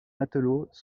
matelots